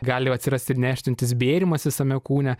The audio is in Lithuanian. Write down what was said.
gali atsirasti ir neštintis bėrimas visame kūne